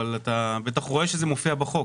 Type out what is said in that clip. אבל אתה בטח רואה שזה מופיע בחוק.